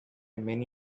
many